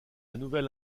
nouvelle